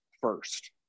first